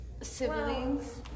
siblings